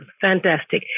Fantastic